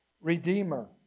Redeemer